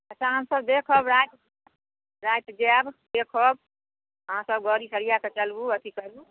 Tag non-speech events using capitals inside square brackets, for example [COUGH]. अच्छा अहाँ सब देखब रातिके आयब देखब अहाँकेँ [UNINTELLIGIBLE] चलु अथी करू